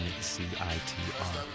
CITR